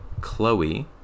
Chloe